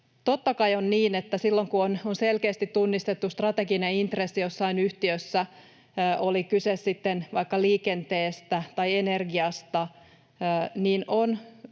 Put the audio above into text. Totta kai on niin, että silloin, kun on selkeästi tunnistettu strateginen intressi jossain yhtiössä — oli kyse sitten vaikka liikenteestä tai energiasta — niin on